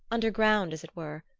underground as it were,